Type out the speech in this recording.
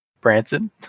Branson